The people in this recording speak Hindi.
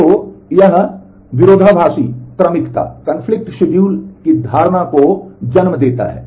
तो यह विरोधाभासी क्रमिकता की धारणा को जन्म देता है